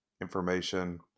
information